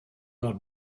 not